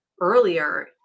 earlier